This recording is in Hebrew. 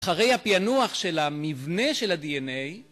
אחרי הפיענוח של המבנה של ה-DNA,